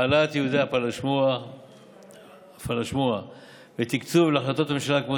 העלאת יהודי הפלאשמורה ותקצוב להחלטות הממשלה כמו